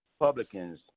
Republicans